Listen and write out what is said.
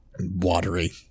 watery